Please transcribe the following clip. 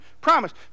promise